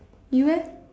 you leh